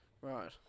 Right